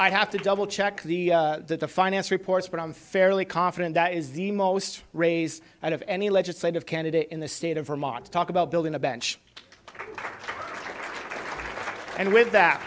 i have to double check the finance reports but i'm fairly confident that is the most raise and of any legislative candidate in the state of vermont to talk about building a bench and with that